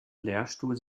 lehrstuhl